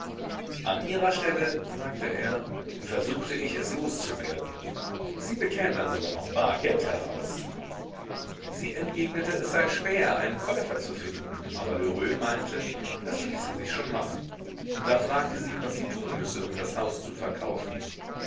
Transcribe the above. an ihrer stelle sagte er versuchte ich es loszuwerden sie bekämen dann sogar noch bar geld heraus sie entgegnete es sei schwer einen käufer zu finden aber lheureux meinte das ließe sich schon machen da fragte sie was sie tun müsse um das haus zu verkaufen